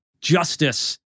justice